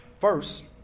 First